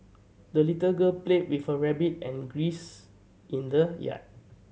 the little girl played with her rabbit and grins in the yard